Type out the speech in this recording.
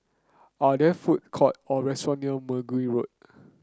are there food court or restaurant near Mergui Road